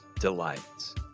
delights